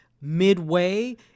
midway